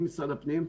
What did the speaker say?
עם משרד הפנים,